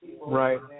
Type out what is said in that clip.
Right